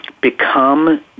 become